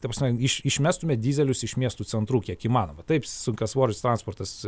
ta prasme iš išmestume dyzelius iš miestų centrų kiek įmanoma taip sunkiasvoris transportas